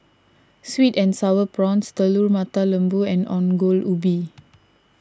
Sweet and Sour Prawns Telur Mata Lembu and Ongol Ubi